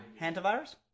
Hantavirus